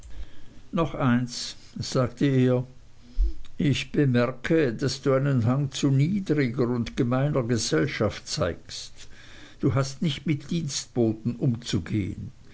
noch eins sagte er ich bemerke daß du einen hang zu niedriger und gemeiner gesellschaft zeigst du hast nicht mit dienstboten umzugehen